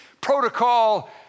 protocol